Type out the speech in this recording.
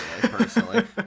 personally